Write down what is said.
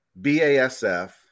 BASF